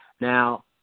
Now